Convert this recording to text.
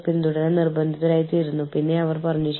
കുട്ടികളുടെ tuition fees അടയ്ക്കാനുള്ള ഒരു വ്യവസ്ഥയുണ്ട്